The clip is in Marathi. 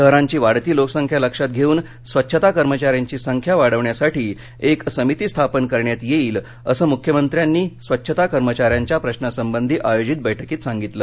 शहरांची वाढती लोकसंख्या लक्षात घेऊन स्वच्छता कर्मचाऱ्यांची संख्या वाढवण्यासाठी एक समिती स्थापन करण्यात येईल असं मुख्यमंत्र्यांनी स्वच्छता कर्मचाऱ्यांच्या प्रशांसंबंधी आयोजित बैठकीत सांगितलं